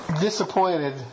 disappointed